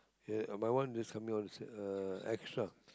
ya mine one is coming out is extra